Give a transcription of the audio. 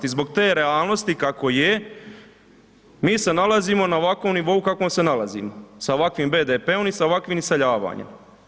I zbog te realnosti kako je mi se nalazimo na ovakvom nivou kakvom se nalazimo sa ovakvim BDP-om i sa ovakvim iseljavanjem.